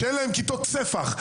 שאין להם כיתות ספח,